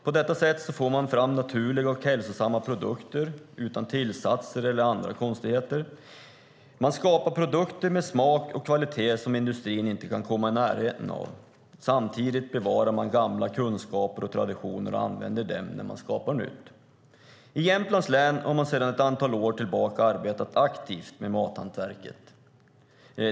På detta sätt får man fram naturliga och hälsosamma produkter utan tillsatser eller andra konstigheter. Man skapar produkter med smak och kvalitet som industrin inte kan komma i närheten av. Samtidigt bevarar man gamla kunskaper och traditioner och använder dem när man skapar nytt. I Jämtlands län har man sedan ett antal år tillbaka arbetat aktivt med mathantverket.